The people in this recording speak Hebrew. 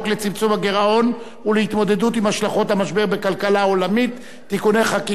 הגירעון ולהתמודדות עם השלכות המשבר בכלכלה העולמית (תיקוני חקיקה),